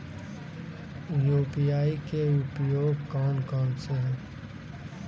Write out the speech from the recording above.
UPI के उपयोग कौन कौन से हैं?